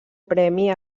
premi